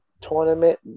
tournament